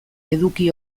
eduki